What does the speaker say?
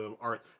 art